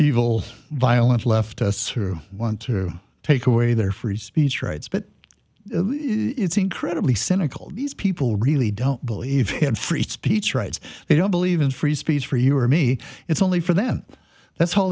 evil violent leftists who want to take away their free speech rights but it's incredibly cynical these people really don't believe in free speech rights they don't believe in free speech for you or me it's only for them that's all